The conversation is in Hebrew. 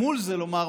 אל מול זה,